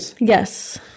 Yes